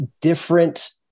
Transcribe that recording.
different